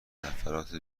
نفرات